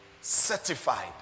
certified